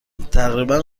تقریبا